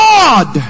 God